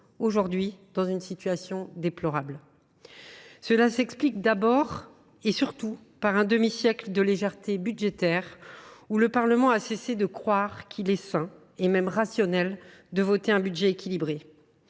trouve dans une situation déplorable. Cela s’explique d’abord et surtout par un demi siècle de légèreté budgétaire, au cours duquel le Parlement a cessé de croire qu’il est sain et même rationnel de voter un budget à l’équilibre.